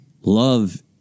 love